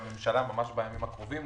2020 לאישור הממשלה ממש בימים הקרובים,